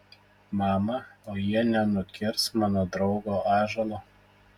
mama o jie nenukirs mano draugo ąžuolo